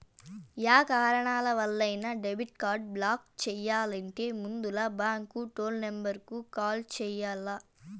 yeah కారణాలవల్లైనా debit card block చెయ్యాలంటే ముందల బాంకు టోల్ నెంబరుకు కాల్ చెయ్యాల్ల